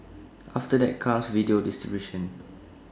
after that comes video distribution